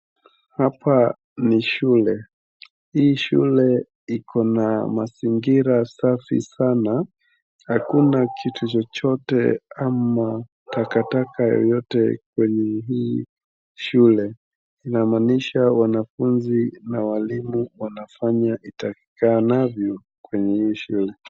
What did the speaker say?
Hapa ni shule, hii shule Iko na mazingira safi sana hakuna kitu chochote ama takataka yoyote kwenye hii shule. Inamaanisha wanafunzi na walimu wanafanya itakikanavyo kwenye hii shule.